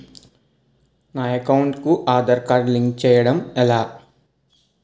నా అకౌంట్ కు Aadhaar card link చేయడం ఎలా?